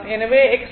எனவே X இல்லை